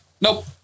Nope